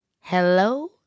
Hello